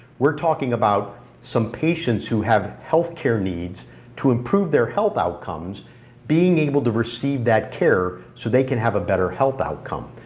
we're talking about some patients who have healthcare needs to improve their health outcomes being able to receive that care so they can have a better health outcome.